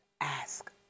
Ask